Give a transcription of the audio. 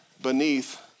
beneath